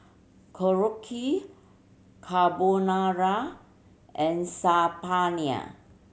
Korokke Carbonara and Saag Paneer